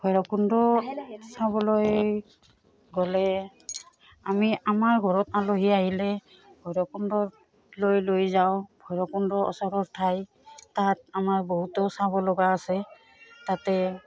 ভৈৰৱকুণ্ড চাবলৈ গ'লে আমি আমাৰ ঘৰত আলহী আহিলে ভৈৰকুণ্ডলৈ লৈ যাওঁ ভৈৰৱকুণ্ড ওচৰৰ ঠাই তাত আমাৰ বহুতো চাব লগা আছে তাতে